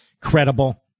credible